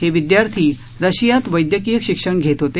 हे विदयार्थी रशियात वैदयकीय शिक्षण घेत होते